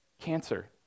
cancer